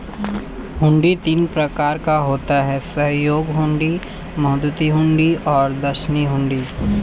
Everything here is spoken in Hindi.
हुंडी तीन प्रकार का होता है सहयोग हुंडी, मुद्दती हुंडी और दर्शनी हुंडी